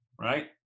right